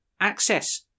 access